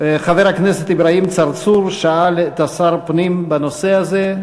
חבר הכנסת אברהים צרצור שאל את שר הפנים בנושא הזה.